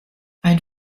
ein